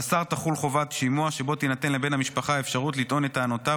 על השר תחול חובת שימוע שבו תינתן לבן המשפחה אפשרות לטעון את טענותיו,